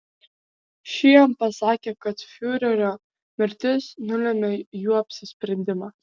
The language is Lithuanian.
ši jam pasakė kad fiurerio mirtis nulėmė jų apsisprendimą